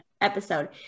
episode